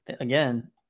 again